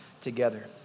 together